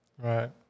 Right